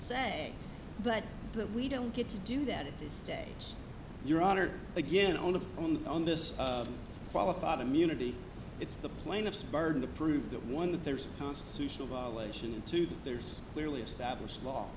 say but that we don't get to do that at this stage your honor again only on this qualified immunity it's the plaintiff's burden to prove that one that there's a constitutional violation and two that there's clearly established law